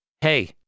Hey